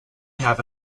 have